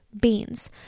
beans